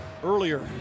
earlier